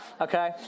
Okay